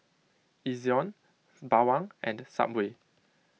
Ezion Bawang and Subway